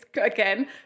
again